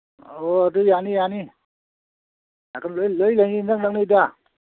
ꯑꯣ ꯑꯗꯨ ꯌꯥꯅꯤ ꯌꯥꯅꯤ ꯅꯥꯀꯟꯗ ꯂꯣꯏ ꯂꯩꯅꯤ ꯏꯅꯛ ꯅꯛꯅꯩꯗ